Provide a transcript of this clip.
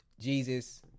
Jesus